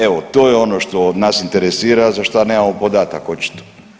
Evo to je ono što nas interesira za šta nemamo podataka očito.